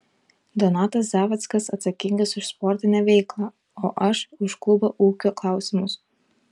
donatas zavackas atsakingas už sportinę veiklą o aš už klubo ūkio klausimus